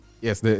Yes